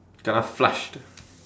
kena flushed